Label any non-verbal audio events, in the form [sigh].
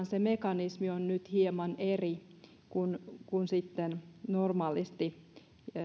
[unintelligible] se mekanismi on nyt hieman eri kuin sitten normaalisti